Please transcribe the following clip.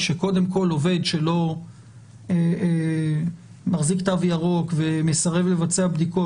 שקודם כל עובד שלא מחזיק תו ירוק ומסרב לבצע בדיקות,